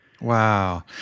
Wow